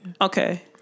Okay